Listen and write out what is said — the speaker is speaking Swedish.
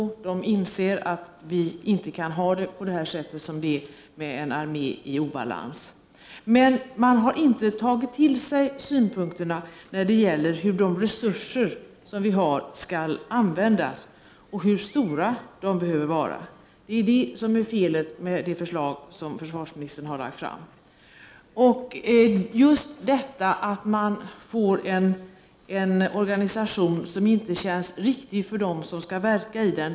Regeringen inser att vi inte kan ha det som nu med en armé i obalans. Men regeringen har inte tagit till sig synpunkterna när det gäller hur de resurser vi har skall användas och hur stora de behöver vara. Det är felet med försvarsministerns förslag. Man får en organisation som inte känns riktig för dem som skall verka i den.